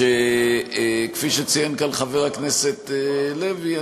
וכפי שציין כאן חבר הכנסת לוי,